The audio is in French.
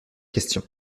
questions